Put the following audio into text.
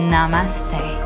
Namaste